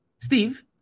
Steve